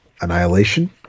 Annihilation